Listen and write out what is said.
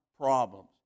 problems